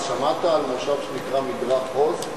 אז שמעת על מושב שנקרא מדרך-עוז?